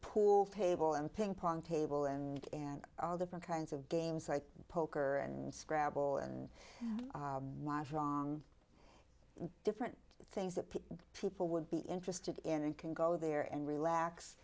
poor table and ping pong table and and all different kinds of games like poker and scrabble and what's wrong and different things that people would be interested in and can go there and relax